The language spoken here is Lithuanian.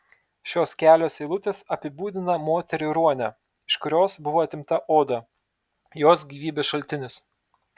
šios kelios eilutės apibūdina moterį ruonę iš kurios buvo atimta oda jos gyvybės šaltinis